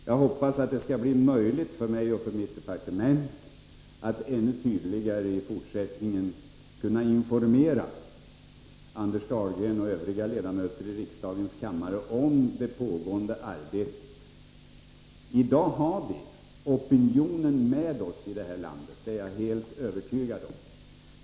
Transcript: Jag hoppas att det skall bli möjligt för mig och för mitt departement att i fortsättningen ännu tydligare kunna informera Anders Dahlgren och övriga ledamöter i riksdagens kammare om det pågående arbetet. I dag har vi opinionen med oss i detta land — det är jag helt övertygad om.